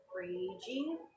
Raging